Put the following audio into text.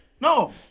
No